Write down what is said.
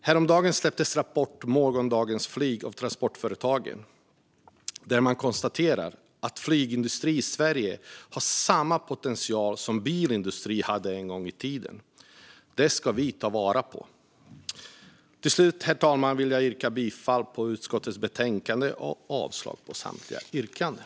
Häromdagen släpptes rapporten Morgondagens f lyg av Transportföretagen, och där konstateras att flygindustrin i Sverige har samma potential som bilindustrin hade en gång i tiden. Detta ska vi ta vara på. Till slut vill jag yrka bifall till förslaget i utskottets betänkande och avslag på samtliga yrkanden.